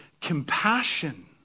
compassion